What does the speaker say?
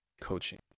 coaching